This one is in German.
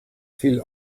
fiel